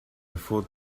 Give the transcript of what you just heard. thought